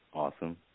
Awesome